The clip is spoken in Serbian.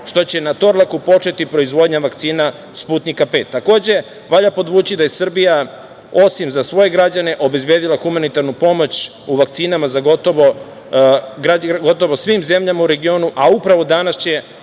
što će na „Torlaku“ početi proizvodnja vakcina „Sputnjika V“. Takođe valja podvući da je Srbija, osim za svoje građane, obezbedila humanitarnu pomoć u vakcinama gotovo svim zemljama u regionu, a upravo danas će